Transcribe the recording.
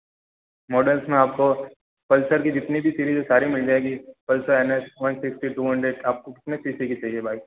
models मैं आपको Pulsar की जितनी भी सीरीज़ है सारी मिल जाएगी Pulsar N S one fifty two hundred आपको कितने सीसी की चाहिए बाइक